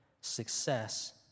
success